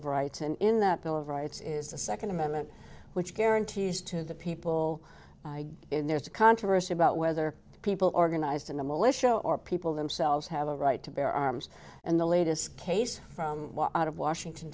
of rights and in the bill of rights is the second amendment which guarantees to the people there's a controversy about whether people organized in the militia or people themselves have a right to bear arms and the latest case from out of washington